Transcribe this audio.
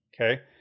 Okay